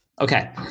Okay